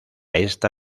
esta